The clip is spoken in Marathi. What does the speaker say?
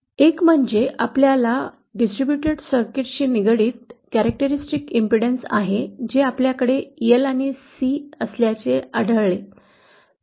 एक म्हणजे आपल्याला वितरित सर्किटशी निगडीत वैशिष्ट्यपूर्ण अडचण आहे जे आपल्याला L आणि C असल्याचे आढळले